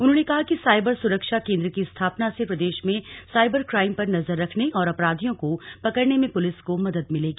उन्होंने कहा कि साईबर सुरक्षा केन्द्र की स्थापना से प्रदेश में साईबर क्राइम पर नजर रखने और अपराधियों को पकड़ने में पुलिस को मदद मिलेगी